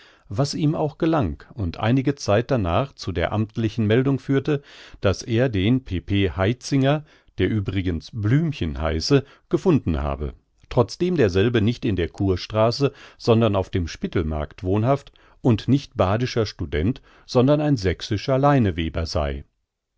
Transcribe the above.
was ihm auch gelang und einige zeit danach zu der amtlichen meldung führte daß er den pp haitzinger der übrigens blümchen heiße gefunden habe trotzdem derselbe nicht in der kurstraße sondern auf dem spittelmarkt wohnhaft und nicht badischer student sondern ein sächsischer leineweber sei